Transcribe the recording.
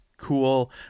cool